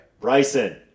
Bryson